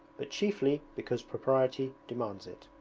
but chiefly because propriety demands it.